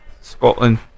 Scotland